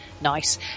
Nice